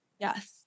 Yes